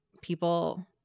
people –